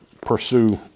pursue